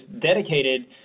dedicated